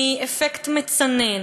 מאפקט מצנן,